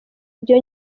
ibyo